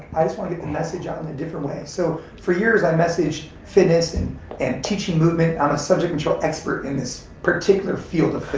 i just wanna get the message out in a different way. so, for years i messaged fitness and and teaching movement, i'm a subject control expert in this particular field of